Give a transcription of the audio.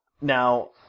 Now